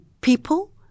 people